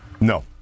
No